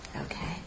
Okay